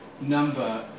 number